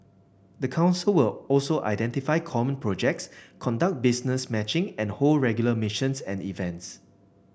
the council will also identify common projects conduct business matching and hold regular missions and events